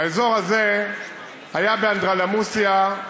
האזור הזה היה באנדרלמוסיה,